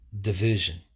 division